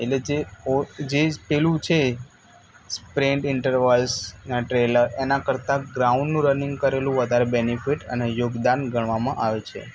એટલે જે જે પેલું છે સ્પ્રેન ઇન્ટરવૉલસના ટ્રેલર કરતાં ગ્રાઉન્ડનું રનીંગ કરેલું વધારે બેનિફીટ અને યોગદાન ગણવામાં આવે છે